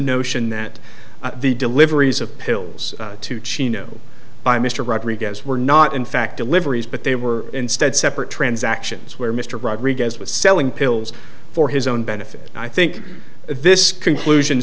notion that the deliveries of pills to chino by mr rodriguez were not in fact deliveries but they were instead separate transactions where mr rodriguez was selling pills for his own benefit and i think this conclusion